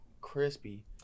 Crispy